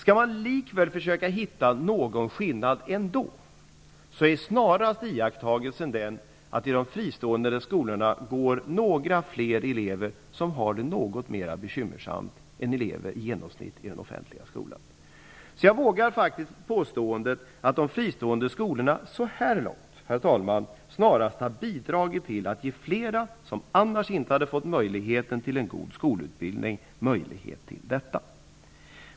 Om man likväl skall försöka hitta någon skillnad är iakttagelsen snarast den, att det i de fristående skolorna går något fler elever som har det något mer bekymmersamt än elever i genomsnitt i den offentliga skolan. Jag vågar påståendet att de fristående skolorna så här långt, herr talman, snarast har bidragit till att ge fler elever som annars inte fått möjligheten till en god skolutbildning möjlighet till detta.